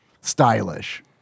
stylish